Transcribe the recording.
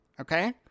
okay